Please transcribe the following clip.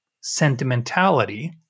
sentimentality